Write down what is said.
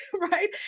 Right